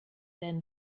than